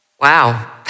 Wow